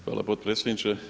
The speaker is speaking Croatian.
Hvala potpredsjedniče.